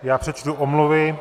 Já přečtu omluvy.